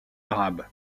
arabe